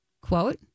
Quote